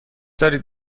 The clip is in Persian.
دارید